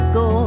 go